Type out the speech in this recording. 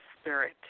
spirit